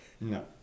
No